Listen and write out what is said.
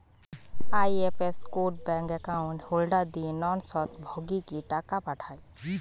IFS code bank account holder দিয়ে নন স্বত্বভোগীকে টাকা পাঠায়